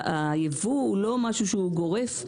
היבוא הוא לא משהו שהוא גורף,